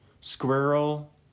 Squirrel